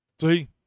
See